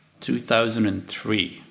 2003